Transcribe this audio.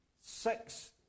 six